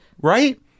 right